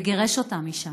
וגירש אותה משם.